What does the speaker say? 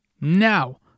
Now